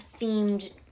themed